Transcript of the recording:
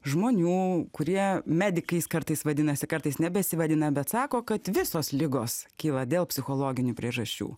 žmonių kurie medikais kartais vadinasi kartais nebesivadina bet sako kad visos ligos kyla dėl psichologinių priežasčių